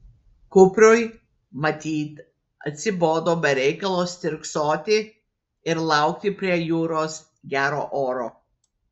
kupriui matyt atsibodo be reikalo stirksoti ir laukti prie jūros gero oro